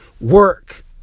work